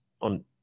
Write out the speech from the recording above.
on